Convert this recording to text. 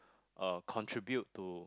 uh contribute to